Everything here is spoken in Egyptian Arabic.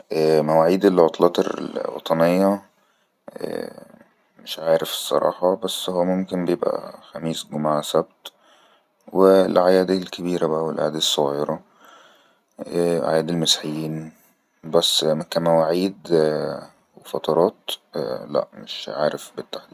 مواعيد العطلات الوطنية مش عارف الصراحة بس هو ممكن بيبقى خميس جمعة سبت والاعياد الكبيرة بقى والاعياد الصغيرة واعياد المسحيين بس كمواعيد وفترات لا مش عارف بالتحديد